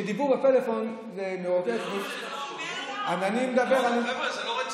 שדיבור בפלאפון, חבר'ה, זה לא רציני.